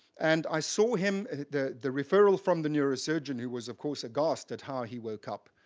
and i saw him the the referral from the neurosurgeon who was, of course, aghast at how he woke up.